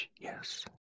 yes